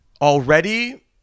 already